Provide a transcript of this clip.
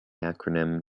acronym